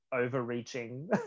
overreaching